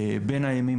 בין הימים